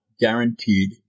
guaranteed